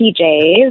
PJs